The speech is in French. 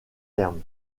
terme